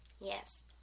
Yes